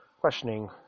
questioning